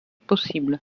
possible